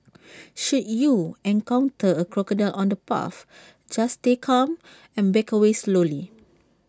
should you encounter A crocodile on the path just stay calm and back away slowly